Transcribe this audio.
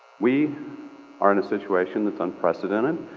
we are in a situation that's unprecedented,